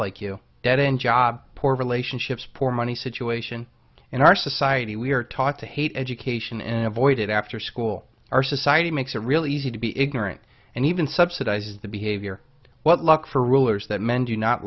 like you dead end job poor relationships poor money situation in our society we are taught to hate education and avoid it after school our society makes it really easy to be ignorant and even subsidize the behavior what luck for rulers that men do not